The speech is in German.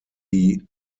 die